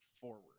forward